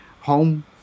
home